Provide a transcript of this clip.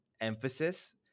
emphasis